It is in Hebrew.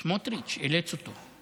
סמוטריץ' אילץ אותו,